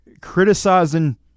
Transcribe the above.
criticizing